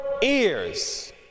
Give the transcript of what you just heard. ears